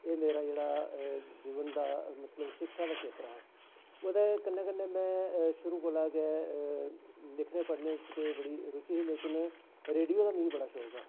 एह् मेरा जेह्ड़ा जीवन दा मतलब शिक्षा दा खेत्तर हा ओह्दे कन्नै कन्नै मैं शुरू कोला गै लिखने पढ़ने च ते बड़ी रुचि ही लेकिन रेडियो दा मिगी बड़ा शौक हा